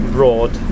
Broad